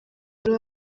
wari